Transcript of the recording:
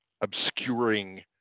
obscuring